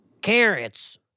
Carrots